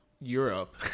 Europe